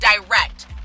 direct